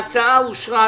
ההצעה אושרה.